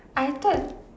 I thought